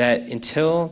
that until